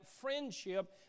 friendship